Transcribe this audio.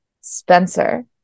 Spencer